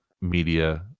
media